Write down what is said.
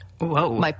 Whoa